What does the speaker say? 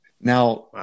now